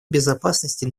безопасности